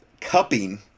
cupping